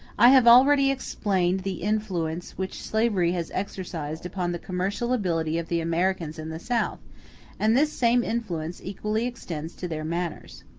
i have already explained the influence which slavery has exercised upon the commercial ability of the americans in the south and this same influence equally extends to their manners.